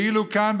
ואילו כאן,